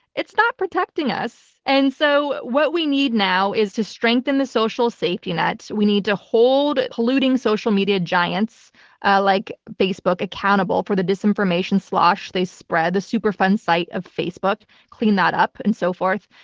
it's not protecting us. and so what we need now is to strengthen the social safety net. we need to hold polluting social media giants like facebook accountable for the disinformation slosh they spread, the super fun site of facebook. clean that up and so forth.